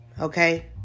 okay